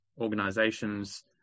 organizations